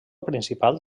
principal